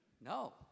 No